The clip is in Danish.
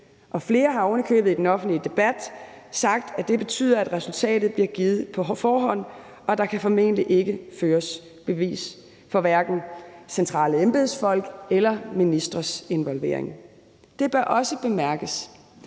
Flere har ovenikøbet i den offentlige debat sagt, at det betyder, at resultatet er givet på forhånd, og at der formentlig ikke kan føres bevis for hverken centrale embedsfolks eller ministres involvering. Det bør også bemærkes,